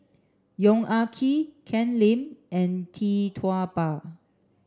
Yong Ah Kee Ken Lim and Tee Tua Ba